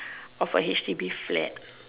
of A H D B flat